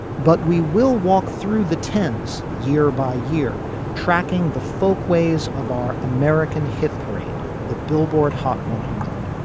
but we will walk through the tens year by year tracking the folkways of our american hit parade. the billboard hot one hundred.